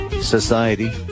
Society